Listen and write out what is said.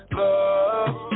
love